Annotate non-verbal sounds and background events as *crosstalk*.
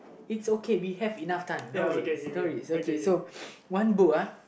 it's okay we have enough time no worries no worries okay so *noise* one book ah